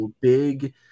big